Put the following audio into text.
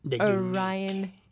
orion